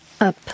up